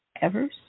Evers